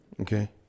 Okay